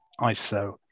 ISO